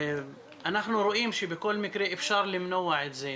אנחנו רואים שבכל מקרה אפשר למנוע את זה,